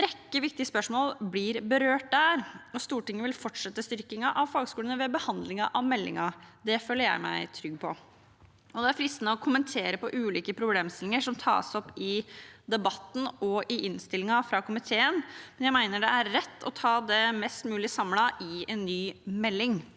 En rekke viktige spørsmål blir berørt der, og Stortinget vil fortsette styrkingen av fagskolene ved behandlingen av meldingen. Det føler jeg meg trygg på. Det er fristende å kommentere ulike problemstillinger som tas opp i debatten og i komiteens innstilling, men jeg mener det er rett å ta det mest mulig samlet i en ny melding.